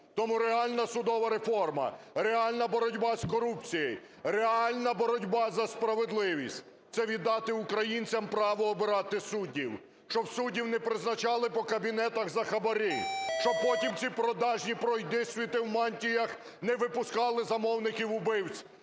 Тому реальна судова реформа, реальна боротьба з корупцією, реальна боротьба за справедливість – це віддати українцям право обирати суддів, щоб суддів не призначали по кабінетах за хабарі, щоб потім ці продажні пройдисвіти у мантіях не випускали замовників вбивць,